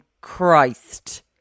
Christ